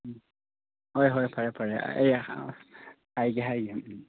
ꯍꯣꯏ ꯍꯣꯏ ꯐꯔꯦ ꯐꯔꯦ ꯑꯩ ꯍꯥꯏꯒꯦ ꯍꯥꯏꯒꯦ